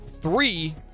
three